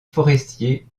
forestiers